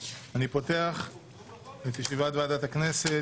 אני מתכבד לפתוח את ישיבת ועדת הכנסת,